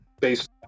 based